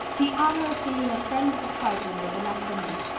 the honor of being a friend of the prizewinner is enough for me.